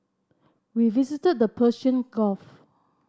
we visited the Persian Gulf